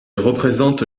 représente